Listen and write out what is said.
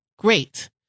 great